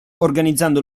organizzando